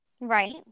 Right